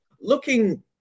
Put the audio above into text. looking